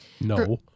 No